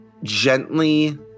Gently